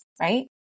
Right